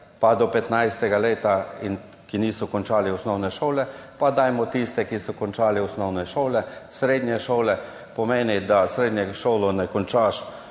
pa do 15. leta in ki niso končali osnovne šole, pa dajmo tiste, ki so končali osnovne šole, srednje šole, pomeni, da srednje šolanje končaš